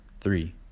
three